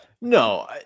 No